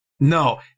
no